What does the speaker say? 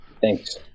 Thanks